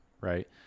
right